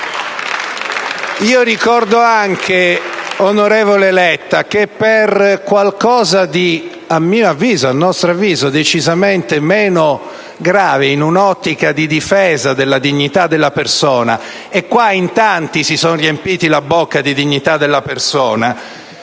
Io ricordo, onorevole Letta, che per qualcosa, a mio avviso, a nostro avviso, di decisamente meno grave in un'ottica di difesa della dignità della persona (e qui in tanti si sono riempiti la bocca di dignità della persona)